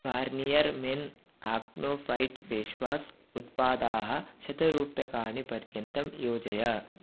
Garnier men acno fight facewash उत्पादाः शतरूप्यकाणि पर्यन्तं योजय